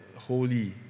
holy